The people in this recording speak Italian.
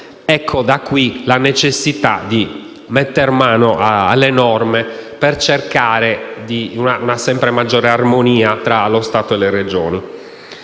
qui nasce la necessità di mettere mano alle norme per cercare una sempre maggiore armonia tra lo Stato e le Regioni.